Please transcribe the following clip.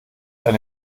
eine